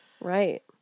right